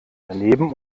daneben